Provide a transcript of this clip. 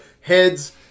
heads